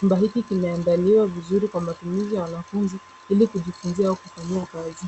Chumba hiki kimeandaliwa vizuri kwa matumizi ya wanafunzi, ili kujifunzia kufanyia kazi.